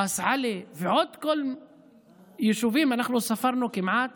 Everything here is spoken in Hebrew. ראס עלי, ועוד כל היישובים, אנחנו ספרנו כמעט